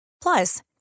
Plus